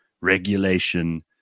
regulation